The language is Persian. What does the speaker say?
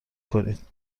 کنید